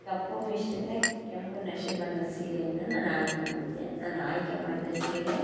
ಕಪ್ಪು ಮಿಶ್ರಿತ ಕೆಂಪು ನಷೆ ಬಣ್ಣದ ಸೀರೆಯನ್ನು ನಾನು ಆಯ್ಕೆ ಮಾಡಿದ್ದೆ ನಾನು ಆಯ್ಕೆ ಮಾಡಿದ ಸೀರೆ